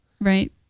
right